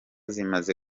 zimaze